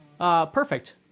perfect